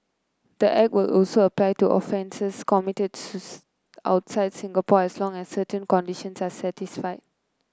the Act will also apply to offences committed outside Singapore as long as certain conditions are satisfied